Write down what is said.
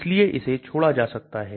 इसलिए इसे छोड़ा जा सकता है